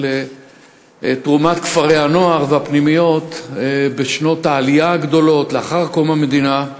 על תרומת כפרי-הנוער והפנימיות בשנות העליות הגדולות שלאחר קום המדינה.